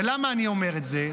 ולמה אני אומר את זה?